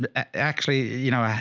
but actually, you know,